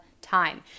time